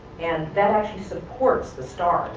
and that actually supports the star,